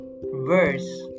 verse